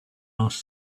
ask